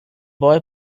boy